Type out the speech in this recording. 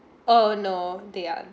oh no they are